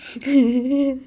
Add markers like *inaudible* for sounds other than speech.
*laughs*